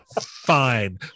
fine